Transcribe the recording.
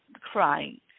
crying